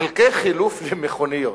חלקי חילוף למכוניות,